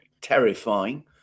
terrifying